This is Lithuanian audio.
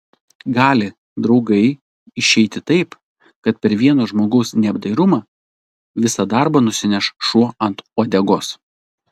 gali draugai išeiti taip kad per vieno žmogaus neapdairumą visą darbą nusineš šuo ant uodegos